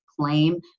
claim